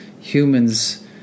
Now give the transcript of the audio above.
humans